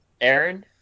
Aaron